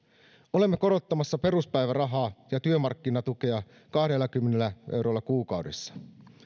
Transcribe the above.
olemme korottamassa peruspäivärahaa ja työmarkkinatukea kahdellakymmenellä eurolla kuukaudessa